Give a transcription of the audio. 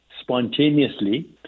spontaneously